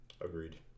Agreed